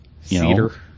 cedar